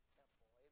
temple